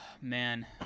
man